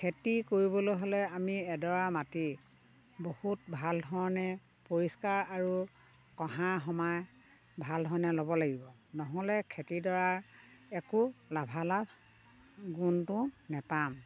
খেতি কৰিবলৈ হ'লে আমি এডৰা মাটি বহুত ভাল ধৰণে পৰিষ্কাৰ আৰু কহাই সমাই ল'ব লাগিব নহ'লে খেতিডৰাৰ একো লাভালাভ গুণটো নেপাম